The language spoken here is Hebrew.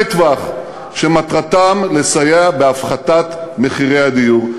טווח שמטרתם לסייע בהפחתת מחירי הדיור.